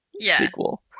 sequel